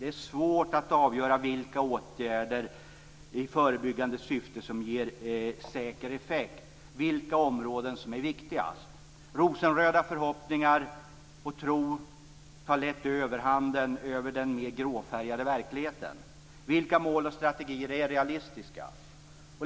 Det är svårt att avgöra vilka åtgärder i förebyggande syfte som ger säker effekt, vilka områden som är viktigast. Rosenröda förhoppningar och tro tar lätt överhanden över den mer gråfärgade verkligheten. Vilka mål och strategier är realistiska?